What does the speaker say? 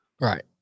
right